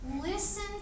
Listen